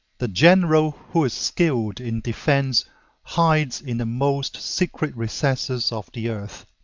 the general who is skilled in defense hides in the most secret recesses of the earth